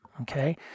okay